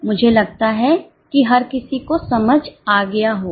मुझे लगता है कि हर किसी को समझ आ गया होगा